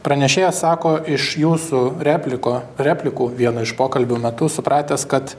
pranešėjas sako iš jūsų repliko replikų vieno iš pokalbių metu supratęs kad